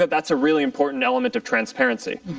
that's a really important element of transparency.